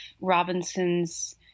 Robinson's